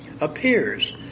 appears